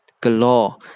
galore